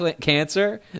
cancer